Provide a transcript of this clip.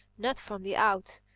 not from the out.